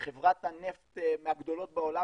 חברת הנפט מהגדולות בעולם,